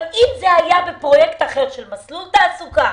אבל אם זה היה בפרויקט אחר של מסלול תעסוקה,